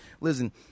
Listen